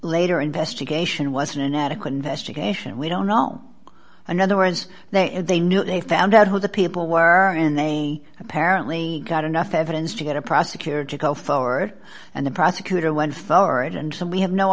later investigation was an inadequate investigation we don't know another was there and they knew they found out who the people were and they apparently got enough evidence to get a prosecutor to go forward and the prosecutor won florida and so we have no